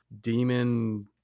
demon